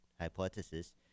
hypothesis